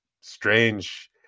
strange